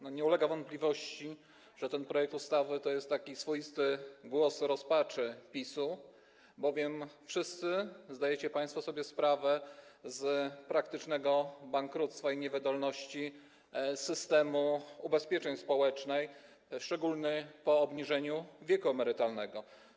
Nie ulega wątpliwości, że ten projekt ustawy to jest taki swoisty głos rozpaczy PiS-u, bowiem wszyscy państwo zdajecie sobie sprawę z praktycznego bankructwa i niewydolności systemu ubezpieczeń społecznych, szczególnie po obniżeniu wieku emerytalnego.